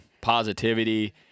positivity